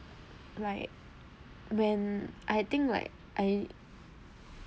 like when I think like I